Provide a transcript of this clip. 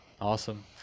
Awesome